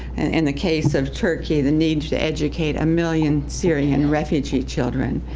in the case of turkey, the need to educate a million syrian refugee children,